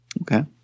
Okay